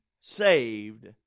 saved